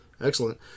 Excellent